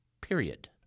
period